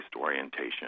orientation